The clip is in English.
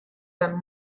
and